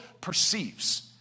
perceives